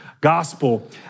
gospel